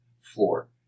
floor